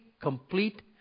complete